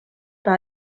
par